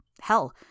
Hell